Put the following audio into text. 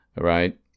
right